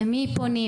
למי פונים,